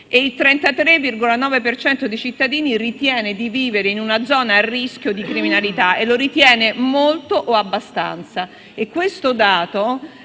e il 33,9 per cento ritiene di vivere in una zona a rischio di criminalità e lo ritiene molto o abbastanza.